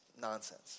nonsense